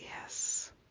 Yes